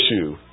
issue